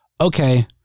Okay